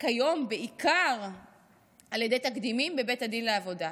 כיום בעיקר על ידי תקדימים בבית הדין לעבודה.